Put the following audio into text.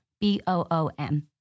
B-O-O-M